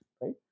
right